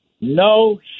no